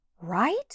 right